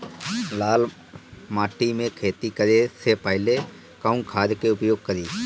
लाल माटी में खेती करे से पहिले कवन खाद के उपयोग करीं?